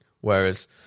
Whereas